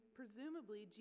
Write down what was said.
presumably